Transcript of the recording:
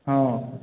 ହଁ